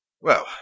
Well